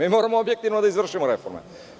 Mi moramo objektivno da izvršimo reforme.